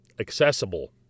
accessible